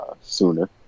sooner